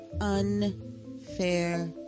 unfair